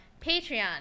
Patreon